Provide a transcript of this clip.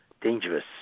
dangerous